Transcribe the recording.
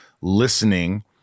listening